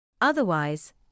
Otherwise